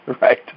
right